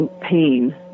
pain